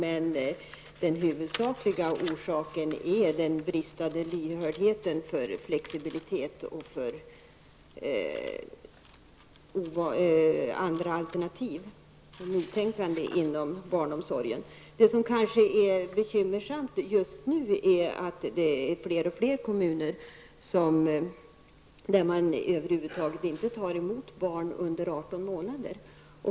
Men den huvudsakliga orsaken är den bristande lyhördheten för flexibilitet, andra alternativ och nytänkande inom barnomsorgen. Det kanske mest bekymmersamma just nu är att man i flera kommuner över huvud taget inte tar emot barn under 18 månader.